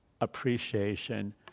appreciation